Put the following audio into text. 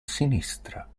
sinistra